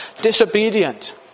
disobedient